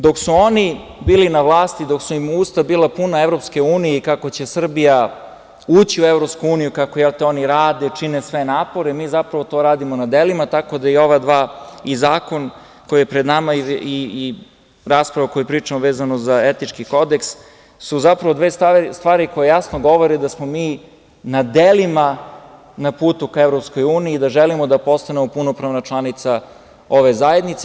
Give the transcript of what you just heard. Dok su oni bili na vlasti, dok su im usta bila puna EU i kako će Srbija ući u EU i kako, jelte, oni rade, čine sve napore, mi zapravo to radimo na delima, tako da i ovaj zakon koji je pred nama i rasprava vezano za etički kodeks, su zapravo dve stvari koje jasno govore da smo mi na delima na putu ka EU i da želimo da postanemo punopravna članica ove zajednice.